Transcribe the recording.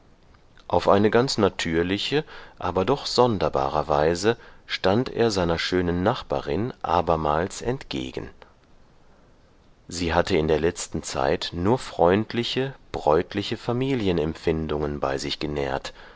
auf eine ganz natürliche aber doch sonderbare weise stand er seiner schönen nachbarin abermals entgegen sie hatte in der letzten zeit nur freundliche bräutliche familienempfindungen bei sich genährt